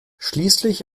schließlich